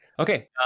Okay